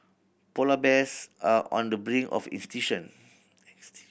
polar bears are on the brink of extinction